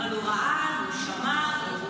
הוא ראה והוא שמע.